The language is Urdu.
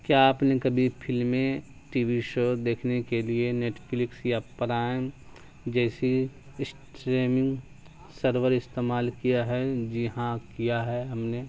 کیا آپ نے کبھی فلمیں ٹی وی شو دیکھنے کے لیے نیٹ فلکس یا پرائم جیسی اسٹریمنگ سرور استعمال کیا ہے جی ہاں کیا ہے ہم نے